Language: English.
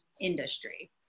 industry